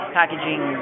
packaging